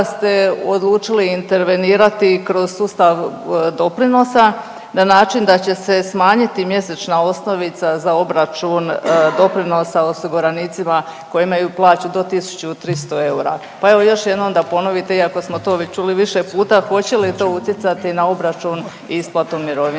ste odlučili intervenirati kroz sustav doprinosa na način da će se smanjiti mjesečna osnovica za obračun doprinosa osiguranicima koji imaju plaću do 1.300,00 eura. Pa evo još jednom da ponovite, iako smo to već čuli više puta, hoće li to utjecati na obračun i isplatu mirovina